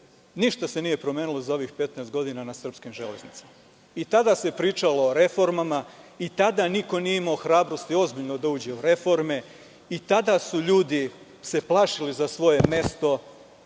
ništa se nije promenilo za ovih 15 godina na srpskim železnicama. I tada se pričalo o reformama. I tada niko nije imao hrabrosti ozbiljno da uđe u reforme. I tada su se ljudi plašili za svoje mesto,